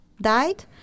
died